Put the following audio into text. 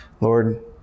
lord